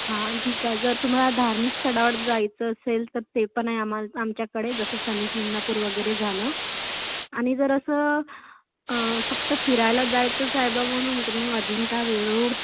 हां ठीक आहे जर तुम्हाला धार्मिक स्थळावर जायचं असेल तर ते पण आहे आम्हा आमच्याकडे जसं शनीशिंगणापूर वगैरे झालं आणि जर असं फक्त फिरायला जायचं सायबा म्हणून तर मग अजिंठा वेरूळ